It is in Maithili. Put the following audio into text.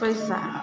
पइसा